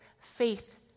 faith